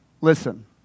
listen